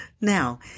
Now